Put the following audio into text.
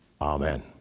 Amen